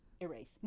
erase